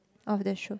of the show